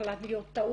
יכלה להיות טעות,